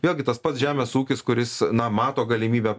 vėlgi tas pats žemės ūkis kuris na mato galimybę